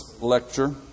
lecture